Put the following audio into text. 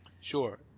Sure